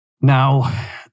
Now